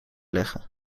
leggen